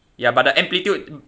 ya but the amplitude